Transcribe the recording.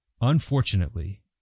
unfortunately